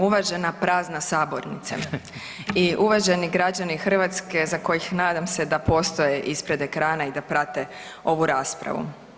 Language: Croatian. Uvažena prazna sabornice i uvaženi građani Hrvatske za kojih nadam se da postoje ispred ekrana i da prate ovu raspravu.